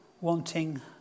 wanting